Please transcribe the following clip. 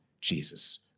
Jesus